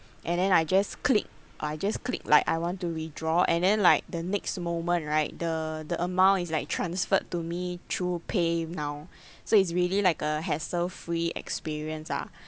and then I just click I just click like I want to withdraw and then like the next moment right the the amount is like transferred to me through PayNow so it's really like a hassle-free experience ah